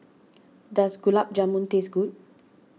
does Gulab Jamun taste good